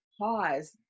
pause